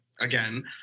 again